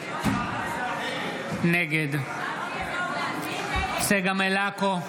נגד צגה מלקו,